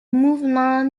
mouvements